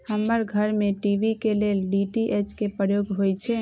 हमर घर में टी.वी के लेल डी.टी.एच के प्रयोग होइ छै